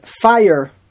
fire